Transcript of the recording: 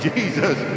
Jesus